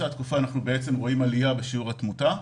התקופה אנחנו רואים עלייה בשיעור התמותה.